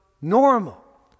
normal